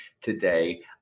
today